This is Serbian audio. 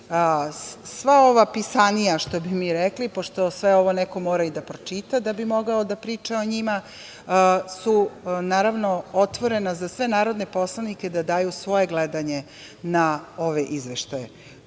sva ova pisanija što bi mi rekli, pošto sve ovo neko mora i da pročita da bi mogao da priča o njima su naravno otvorena za sve narodne poslanike da daju svoje gledanje na ove izveštaje. Tako